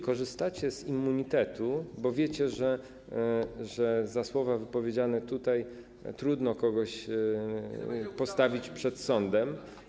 Korzystacie z immunitetu, bo wiecie, że za słowa wypowiedziane tutaj trudno kogoś postawić przed sądem.